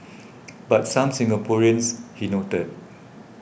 but some Singaporeans he noted